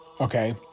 Okay